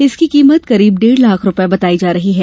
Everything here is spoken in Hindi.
इसकी कीमत करीब डेढ़ लाख रूपये बताई जा रही है